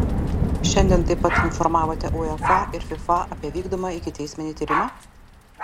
šiandien taip pat informavote uefa ir fifa apie vykdomą ikiteisminį tyrimą